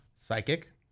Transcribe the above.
Psychic